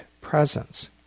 presence